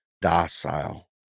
docile